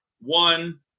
One